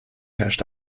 herrscht